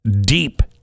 deep